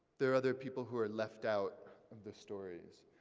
there are other people who are left out of the stories,